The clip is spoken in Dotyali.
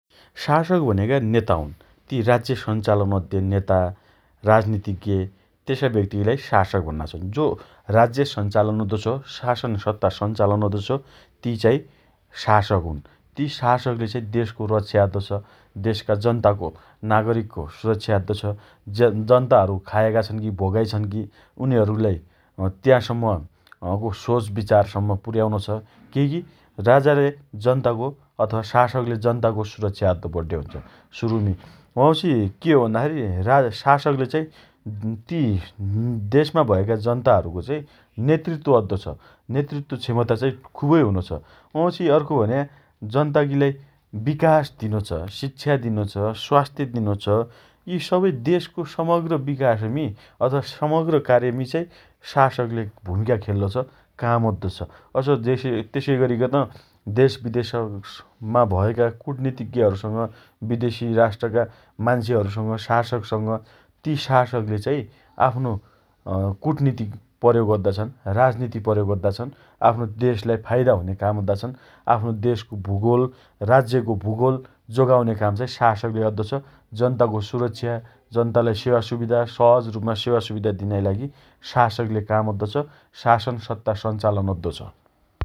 शासक भनेका नेता हुन् । ति राज्य सञ्चालन अद्दे नेता राजनीतिज्ञ तेसा व्यक्तिलाई शासक भन्ना छन् । जो राज्य सञ्चालन अद्दो छ । शासन सत्ता सञ्चालन अद्दो छ । ती चाइ शासक हुन् । ती शासकले चाइ देशको रक्षा अद्दो छ । देशका जनताको नागरिकको सुरक्षा अद्दो छ । जन जनताहरु खाया छन् की भोकाइ छन् की उनीहरुलाई अँ त्यासम्म अँ को सोच विचारसम्मको पुर्याउनोछ । केइकी राजाले जनताको अथवा शासकले जनताको सुरक्षा अद्द पड्डे हुन्छ । सुरुन वाउँछि के भन्दाखेरी राजा शासकले चाइ ती हूँहूँ देशमा भएका जनताहरुको चाइ नेतृत्व अद्दोछ । नेतृत्व क्षमता चाइ खुबै हुनोछ । वाउँछि अर्को भन्या जनतागीलाई विकास दिनोछ । शिक्षा दिनोछ । स्वास्थ्य दिनोछ । यी सबै देशको समग्र विकासमी अथवा समग्र कार्यमी चाइ शासकले भूमिका खेल्लोछ । काम अद्दोछ । अझ जेस तेसोइ अरिकन देशविदेशमा भएका कुटनितिज्ञहरुसँग विदेशी राष्ट्रका मान्छेहरुसँग शासकसँग ति शासकले चाइ आफ्नो अँ कुटनीति प्रयोग अद्दा छन् । राजनीति प्रयोग अद्दा छन् । आफ्नो देशलाई फाइदा हुने काम अद्दा छन् । आफ्नो देशको भूगोल, राज्यको भूगोल जोगाउने काम चाइ शासकले अद्दो छ । जनताको सुरक्षा, जनतालाई सेवा सुविधा सहज रुपमा सेवा सुविधा दिनाइ लागि शासकले काम अद्दोछ । शासन सत्ता सञ्चालन अद्दोछ ।